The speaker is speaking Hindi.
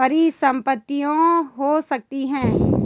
परिसंपत्तियां हो सकती हैं